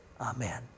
Amen